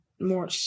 more